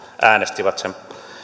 äänestivät sen